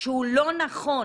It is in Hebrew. שהוא לא נכון